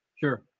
Sure